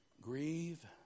Grieve